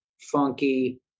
funky